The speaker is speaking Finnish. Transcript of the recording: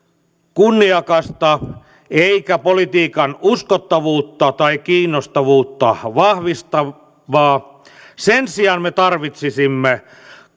kunniakasta eikä politiikan uskottavuutta tai kiinnostavuutta vahvistavaa sen sijaan me tarvitsisimme